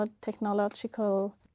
technological